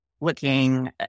looking